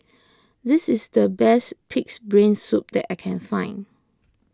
this is the best Pig's Brain Soup that I can find